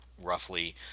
roughly